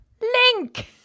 Link